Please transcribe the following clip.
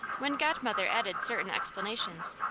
when godmother added certain explanations,